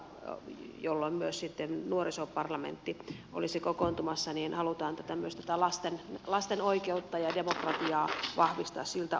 marraskuuta jolloin myös sitten nuorisoparlamentti olisi kokoontumassa ja näin halutaan tämmöistä lasten oikeutta ja demokratiaa vahvistaa siltä osin